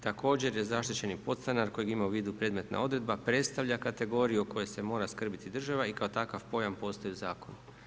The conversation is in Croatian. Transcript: Također je zaštićeni podstanar kojeg ima u vidu predmetna odredba, predstavlja kategoriju o kojem se mora skrbiti država i kao takav pojam postoji u zakonu.